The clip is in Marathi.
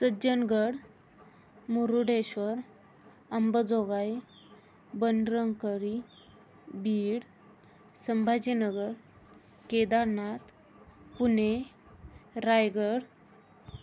सज्जनगड मुरुडेश्वर अंबाजोगाई बनशंकरी बीड संभाजीनगर केदारनाथ पुणे रायगड